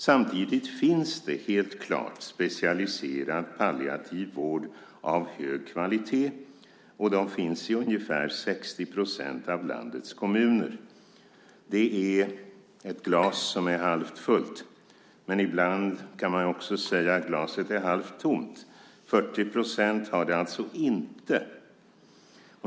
Samtidigt finns det helt klart specialiserad palliativ vård av hög kvalitet, och den finns i ungefär 60 % av landets kommuner. Det är ett glas som är halvfullt, men ibland kan man också säga att glaset är halvtomt. 40 % har det alltså inte.